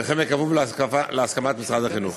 וכן בכפוף להסכמת משרד החינוך.